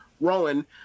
Rowan